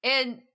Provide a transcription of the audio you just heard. And-